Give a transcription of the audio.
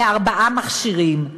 לארבעה מכשירים.